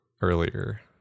earlier